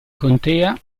contea